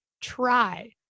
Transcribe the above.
try